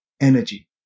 energy